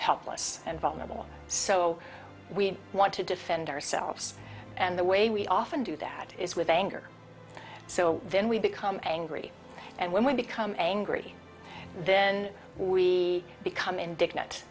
helpless and vulnerable so we want to defend ourselves and the way we often do that is with anger so then we become angry and when we become angry then we become indignant